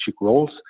roles